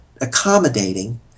accommodating